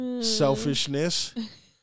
Selfishness